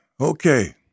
Okay